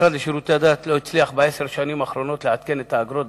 המשרד לשירותי דת לא הצליח בעשר השנים האחרונות לעדכן את האגרות,